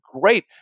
great